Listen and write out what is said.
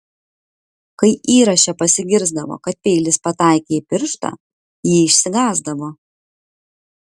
kai įraše pasigirsdavo kad peilis pataikė į pirštą ji išsigąsdavo